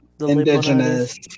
indigenous